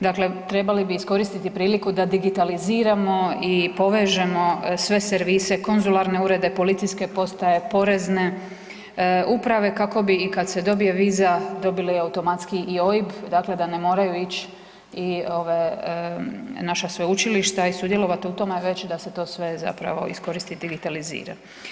Dakle, trebali bi iskoristiti priliku da digitaliziramo i povežemo sve servise, konzularne urede, policijske postaje, porezne uprave, kako bi, i kad se dobije viza, dobili automatski i OIB, dakle da ne moraju ići i ove naša sveučilišta i sudjelovati u tome već da se to sve zapravo iskoristi i digitalizira.